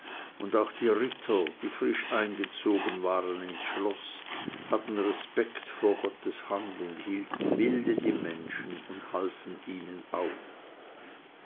und auch die ritter die frisch eingezogen waren ins schloß hatten respekt vor gottes hand und hielten milde die menschen und halfen ihnen auf